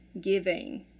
giving